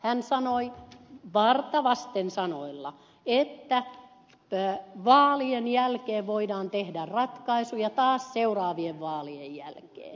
hän varta vasten sanoi että vaalien jälkeen voidaan tehdä ratkaisuja taas seuraavien vaalien jälkeen